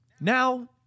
Now